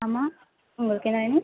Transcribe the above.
ஆமாம் உங்களுக்கு என்ன வேணும்